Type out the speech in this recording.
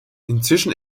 inzwischen